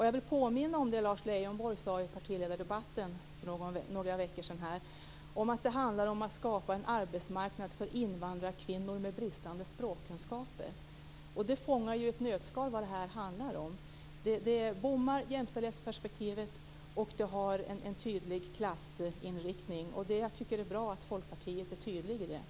Jag vill påminna om det som Lars Leijonborg sade i partiledardebatten här för några veckor sedan, att det handlar om att skapa en arbetsmarknad för invandrarkvinnor med bristande språkkunskaper. Det fångar ju i ett nötskal vad det handlar om. Det bommar jämställdhetsperspektivet, och det har en tydlig klassinriktning. Jag tycker att det är bra att Folkpartiet är tydligt här.